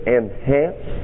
enhance